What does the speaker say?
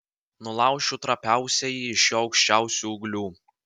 nulaušiu trapiausiąjį iš jo aukščiausių ūglių